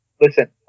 listen